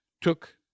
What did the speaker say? took